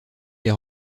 les